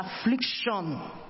affliction